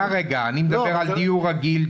אני מדבר על דיור רגיל,